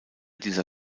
dieser